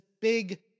big